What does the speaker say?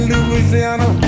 Louisiana